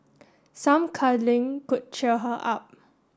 some cuddling could cheer her up